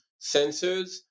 sensors